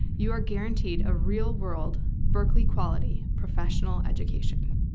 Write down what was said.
you are guaranteed a real-world, berkeley-quality professional education.